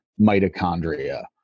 mitochondria